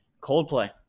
coldplay